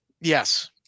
Yes